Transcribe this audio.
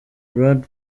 brad